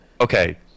Okay